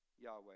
Yahweh